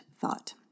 thought